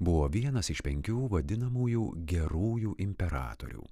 buvo vienas iš penkių vadinamųjų gerųjų imperatorių